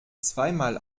zweimal